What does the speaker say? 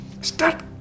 start